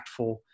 impactful